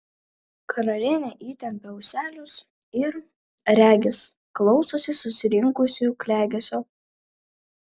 karalienė įtempia ūselius ir regis klausosi susirinkusiųjų klegesio